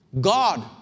God